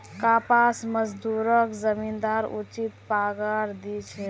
कपास मजदूरक जमींदार उचित पगार दी छेक